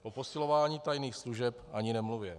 O posilování tajných služeb ani nemluvě.